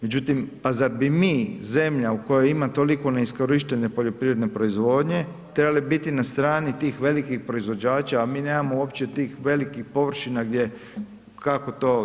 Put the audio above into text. Međutim, pa zar bi mi, zemlja u kojoj ima toliko neiskorištene poljoprivredne proizvodnje, trebali biti na stani tih velikih proizvođača, a mi nemamo uopće tih velikih površina gdje, kako to…